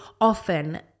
often